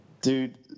dude